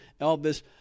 elvis